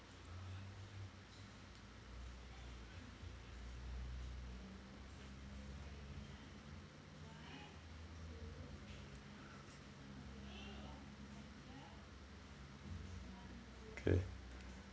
okay